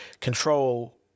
control